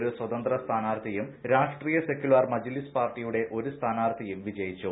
ഒരു സ്വതന്ത്ര സ്ഥാനാർത്ഥിയും രാഷ്ട്രീയ സെക്യുലർ മജ്ലിസ് പാർട്ടിയുടെ ഒരു സ്ഥാനാർത്ഥിയും വിജയിച്ചു